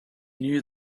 knew